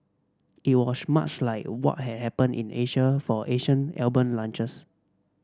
it was much like what had happened in Asia for Asian album launches